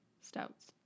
stouts